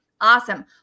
awesome